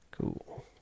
Cool